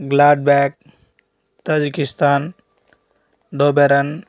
glad bag Tajikistan దోబెరన్